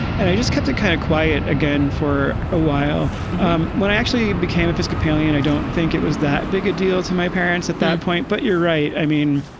and i just kept it kind of quiet again for a while um when i actually became episcopalian. i don't think it was that big a deal to my parents at that point. but you're right. i mean,